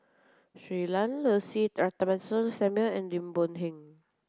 Shui Lan Lucy Ratnammah Samuel and Lim Boon Heng